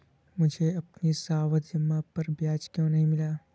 मुझे अपनी सावधि जमा पर ब्याज क्यो नहीं मिला?